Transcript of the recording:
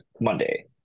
Monday